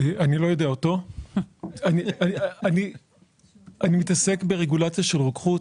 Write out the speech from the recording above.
אני לא יודע אותו, אני מתעסק ברגולציה של רוקחות.